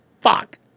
Fuck